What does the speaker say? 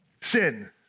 sin